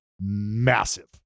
massive